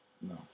No